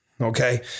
Okay